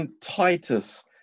Titus